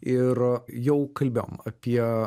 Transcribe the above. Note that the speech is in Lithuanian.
ir jau kalbėjom apie